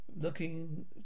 looking